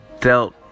dealt